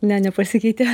ne nepasikeitė